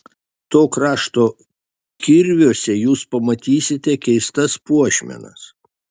to krašto kirviuose jūs pamatysite keistas puošmenas